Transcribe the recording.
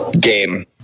game